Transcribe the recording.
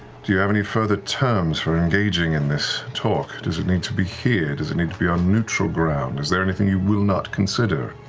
do you have any further terms for engaging in this talk? does it need to be here, does it need to be on neutral ground, is there anything you will not consider?